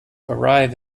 arrive